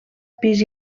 pis